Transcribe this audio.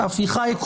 אביחי,